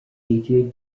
include